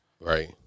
Right